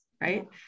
right